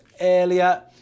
earlier